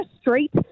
Street